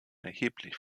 erheblich